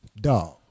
Dog